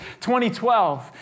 2012